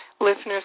Listeners